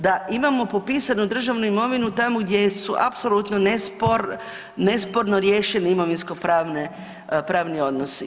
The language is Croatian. Da imamo popisanu državnu imovinu tamo gdje su apsolutno nesporno riješeni imovinsko-pravni odnosi.